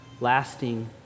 lasting